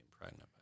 pregnant